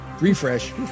Refresh